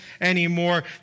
anymore